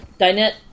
dinette